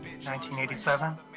1987